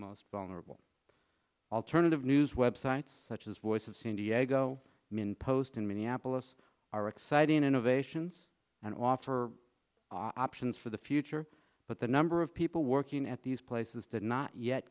most vulnerable alternative news websites such as voice of san diego minn post in minneapolis are exciting innovations and offer options for the future but the number of people working at these places did not yet